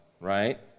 right